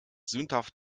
sündhaft